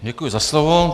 Děkuji za slovo.